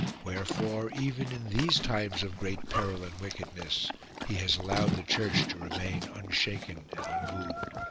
wherefore even in these times of great peril and wickedness he has allowed the church to remain unshaken and unmoved.